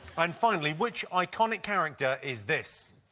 and finally, which iconic character is this?